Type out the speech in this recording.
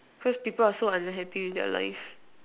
cause people are so unhappy with their life